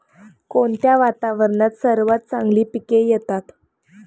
कोणत्या वातावरणात सर्वात चांगली पिके येतात?